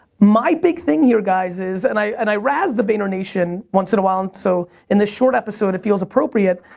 my big thing here, guys, is, and i and i raz the vaynernation once in a while, so in this short episode, it feels appropriate.